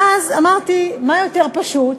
ואז אמרתי, מה יותר פשוט